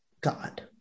God